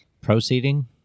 Proceeding